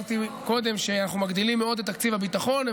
ביזה וגירעון.